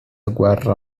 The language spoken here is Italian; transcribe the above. guerra